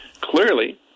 clearly